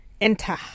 enter